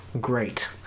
great